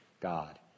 God